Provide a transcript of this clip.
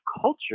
culture